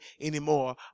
anymore